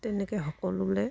তেনেকে